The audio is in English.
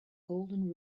golden